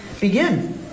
begin